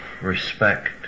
respect